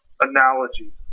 analogy